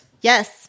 Yes